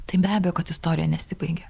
tai be abejo kad istorija nesibaigia